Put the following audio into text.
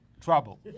trouble